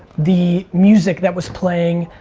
the music that was playing,